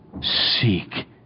seek